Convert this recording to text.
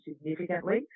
significantly